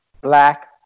black